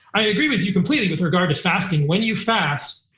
i agree with you completely with regard to fasting. when you fast,